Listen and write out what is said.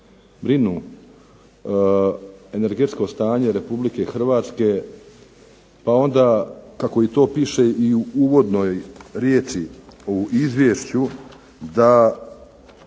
brinu energetsko stanje Republike Hrvatske, pa onda kako i to piše i u uvodnoj riječi u Izvješću, da